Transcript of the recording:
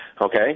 Okay